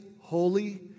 holy